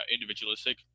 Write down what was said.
individualistic